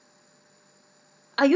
are you